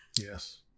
Yes